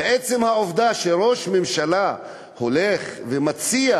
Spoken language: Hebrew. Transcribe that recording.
ועצם העובדה שראש הממשלה הולך ומציע